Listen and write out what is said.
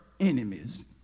Enemies